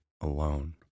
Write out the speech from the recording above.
alone